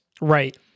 Right